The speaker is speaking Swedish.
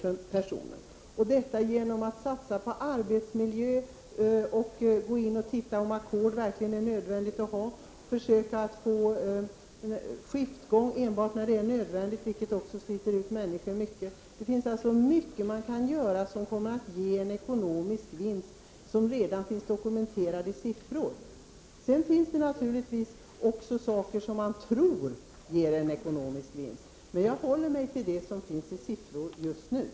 Förtidspensioneringarna kan minskas genom en satsning på arbetsmiljön, genom en undersökning av om ackord verkligen är nödvändiga och genom användning av skiftgång endast när det är nödvändigt, då detta sliter mycket på människor. Det finns alltså mycket som kan göras och som kommer att ge en ekonomisk vinst, och detta finns redan dokumenterat i siffror. Sedan finns det naturligtvis även sådant som man tror kommer att ge en ekonomisk vinst. Men jag håller mig just nu till det som finns dokumenterat i siffror.